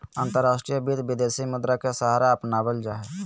अंतर्राष्ट्रीय वित्त, विदेशी मुद्रा के सहारा अपनावल जा हई